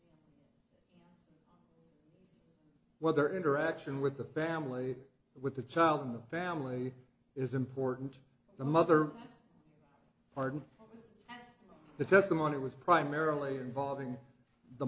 well there interaction with the family with the child in the family is important the mother pardon the testimony was primarily involving the